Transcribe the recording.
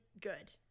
good